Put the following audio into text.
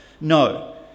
No